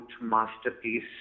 masterpiece